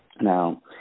Now